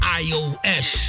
ios